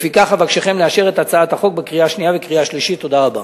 לפיכך אבקשכם לאשר את הצעת החוק בקריאה שנייה ובקריאה שלישית.